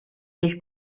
del